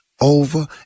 over